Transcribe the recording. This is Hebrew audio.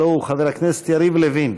הלוא הוא חבר הכנסת יריב לוין,